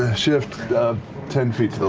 ah shift ten feet